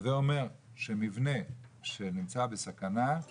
הווה אומר שמבנה שנמצא בסכנה,